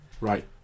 Right